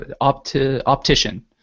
Optician